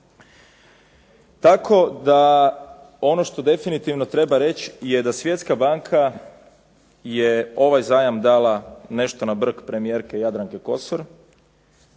Tako da ono što definitivno treba reći je da Svjetska banka je ovaj zajam dala nešto na brk premijerke Jadranke Kosor,